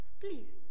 Please